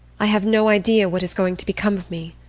i have no idea what is going to become of me.